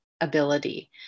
ability